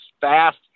Fast